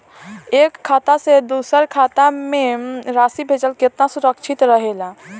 एक खाता से दूसर खाता में राशि भेजल केतना सुरक्षित रहेला?